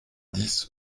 dix